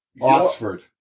Oxford